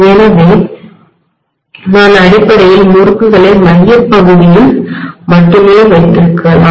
எனவே நான் அடிப்படையில் முறுக்குகளை மையப் பகுதியில் மட்டுமே வைத்திருக்கலாம்